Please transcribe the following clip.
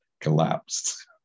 collapsed